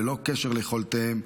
ללא קשר ליכולותיהם,